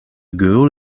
girl